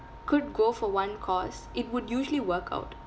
could go for one cause it would usually work out